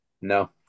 No